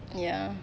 ya